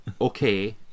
Okay